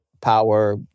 power